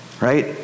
right